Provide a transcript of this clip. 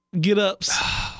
get-ups